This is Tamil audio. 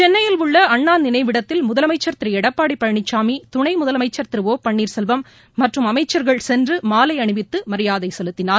சென்னையில் உள்ள அண்ணா நினைவிடத்தில் முதலமைச்சர் திரு எடப்பாடி பழனிசாமி துணை முதலமைச்சர் திரு ஒ பள்ளீர் செல்வம் மற்றம் அமைச்சர்கள் சென்று மாலை அணிவித்து மரியாதை செலுத்தினார்